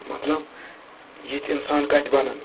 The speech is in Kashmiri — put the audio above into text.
مطلب یِتھۍ اِنسان کَتہِ بَنَن